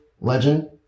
legend